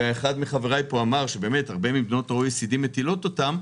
ואחד מחבריי פה אמר שהרבה ממדינות ה-OECD מטילות אותו,